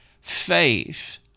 faith